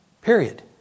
Period